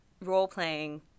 role-playing